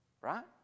right